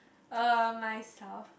uh myself